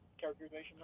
characterization